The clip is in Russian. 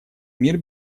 мир